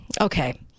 okay